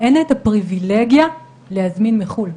אין את הפריבילגיה להזמין מחו"ל,